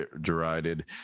derided